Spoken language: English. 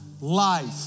life